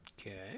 Okay